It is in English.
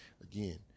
Again